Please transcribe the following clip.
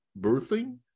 birthing